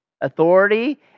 authority